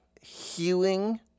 hewing